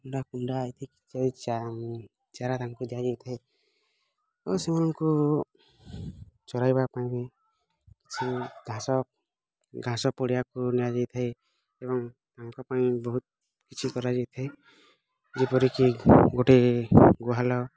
କୁଣ୍ଡା କୁଣ୍ଡା ଚାରା ତାଙ୍କୁ ଦିଆଯାଇ ଥାଏ ଆଉ ସେମାନଙ୍କୁ ଚରାଇବା ପାଇଁ କିଛି ଘାସ ଘାସ ପଡ଼ିଆକୁ ନିଆଯାଇଥାଏ ତେଣୁ ୟାଙ୍କ ପାଇଁ ବହୁତ କିଛି କରାଯାଇଥାଏ ଏପରି କି ଗୋଟେ ଗୁହାଲ